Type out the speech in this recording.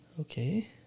Okay